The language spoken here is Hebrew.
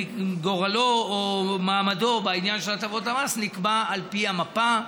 גורלו או מעמדו בעניין של הטבות המס נקבע על פי המפה,